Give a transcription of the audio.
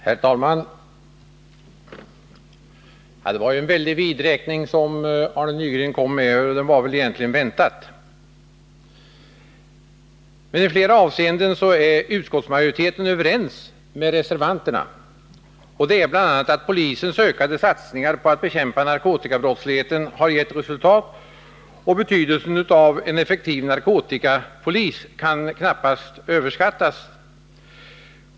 Herr talman! Det var en väldig vidräkning med regeringens förslag som Arne Nygren gjorde. Men den var egentligen väntad. I flera avseenden är emellertid utskottsmajoriteten överens med reservanterna. Bl. a. är man ense om att polisens ökade satsningar på att bekämpa narkotikabrottsligheten har gett resultat och att betydelsen av en effektiv narkotikapolis knappast kan överskattas.